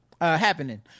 happening